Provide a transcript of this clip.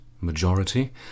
majority